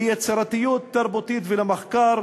ליצירתיות תרבותית ולמחקר,